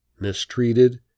mistreated